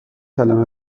کلمه